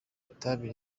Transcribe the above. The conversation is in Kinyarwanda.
itabi